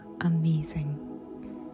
amazing